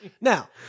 now